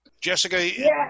Jessica